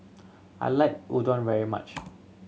I like Unadon very much